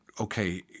okay